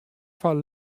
foar